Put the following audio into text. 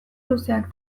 luzeak